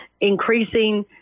increasing